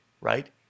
right